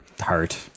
heart